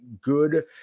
good